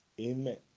amen